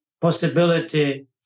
possibility